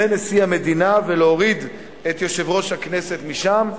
לנשיא המדינה, ולהוריד את יושב-ראש הכנסת משם.